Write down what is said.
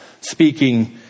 speaking